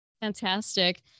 Fantastic